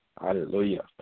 Hallelujah